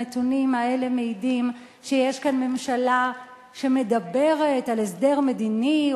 הנתונים האלה מעידים שיש כאן ממשלה שמדברת על הסדר מדיני,